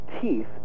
teeth